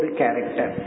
character